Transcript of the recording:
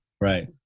Right